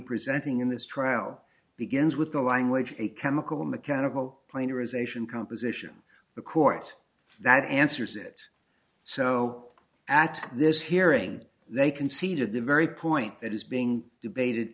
presenting in this trial begins with the language a chemical mechanical planar ization composition the court that answers it so at this hearing they conceded the very point that is being debated